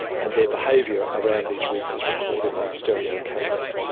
and their behaviour around these rigs is recorded on stereo cameras.